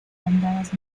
bandadas